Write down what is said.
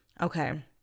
Okay